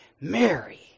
Mary